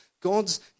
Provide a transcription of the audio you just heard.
God's